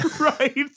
right